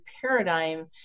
paradigm